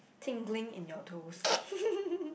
tingling in your toes